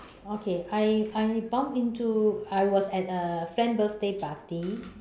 okay I I bump into I was at a friend's birthday party